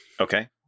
Okay